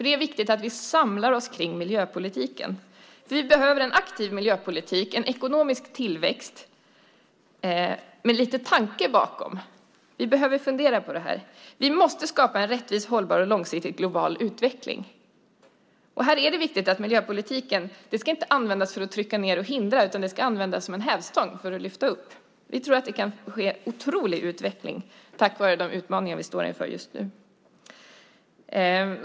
Det är viktigt att vi samlar oss kring miljöpolitiken. Vi behöver en aktiv miljöpolitik och en ekonomisk tillväxt med lite tanke bakom. Vi behöver fundera på det här. Vi måste skapa en rättvis och långsiktigt hållbar global utveckling. Här är det viktigt att miljöpolitiken inte används för att trycka ned och hindra utan som en hävstång för att lyfta upp. Vi tror att det kan ske en otrolig utveckling tack vare de utmaningar vi står inför just nu.